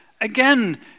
Again